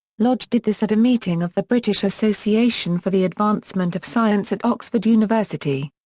lodge did this at a meeting of the british association for the advancement of science at oxford university.